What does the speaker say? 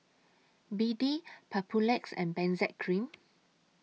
B D Papulex and Benzac Cream